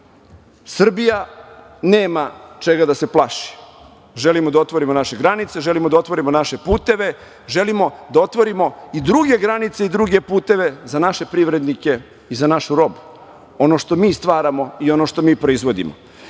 Srbija nema čega da se plaši. Želimo da otvorimo naše granice, želimo da otvorimo naše puteve, želimo da otvorimo i druge granice i druge puteve za naše privrednike i za našu robu. Ono što mi stvaramo i što proizvodimo. Kada